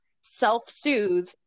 self-soothe